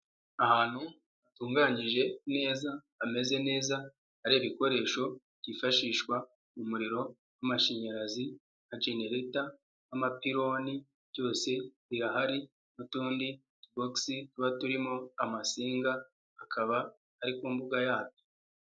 Ahantu hatunganyije neza, hamezeze neza, hari ibikoresho byifashishwa umuriro w'amashanyarazi, nka jenereta n'amapironi byose birahari n'utu bogisi tuba turimo amasinga, akaba ari ku mbuga yabyo.